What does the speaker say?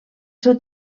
seu